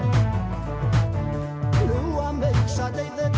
and then